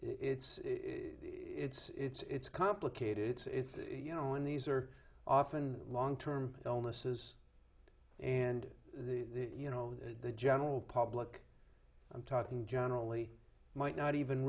it's it's complicated it's you know when these are often long term illnesses and the you know the general public i'm talking generally might not even